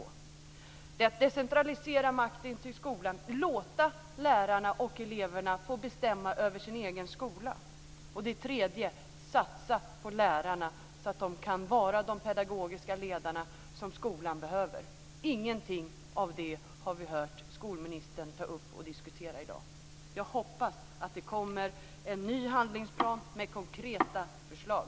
Det är för det andra att decentralisera makten i skolan, låta lärarna och eleverna få bestämma över sin egen skola. Det är för det tredje att satsa på lärarna, så att de kan vara de pedagogiska ledare som skolan behöver. Ingenting av detta har vi hört skolministern ta upp och diskutera i dag. Jag hoppas att det kommer en ny handlingsplan med konkreta förslag.